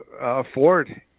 afford